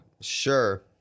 Sure